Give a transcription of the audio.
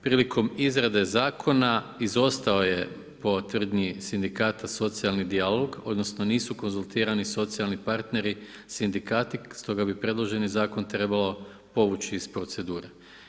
Prilikom izrade zakona izostao je po tvrdnji sindikata socijalni dijalog odnosno nisu konzultirani socijalni partneri sindikati, stoga bi predloženi zakon trebalo povući iz procedure.